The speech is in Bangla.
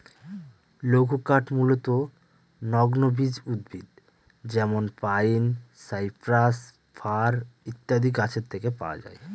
লঘুকাঠ মূলতঃ নগ্নবীজ উদ্ভিদ যেমন পাইন, সাইপ্রাস, ফার ইত্যাদি গাছের থেকে পাওয়া যায়